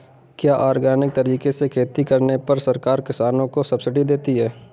क्या ऑर्गेनिक तरीके से खेती करने पर सरकार किसानों को सब्सिडी देती है?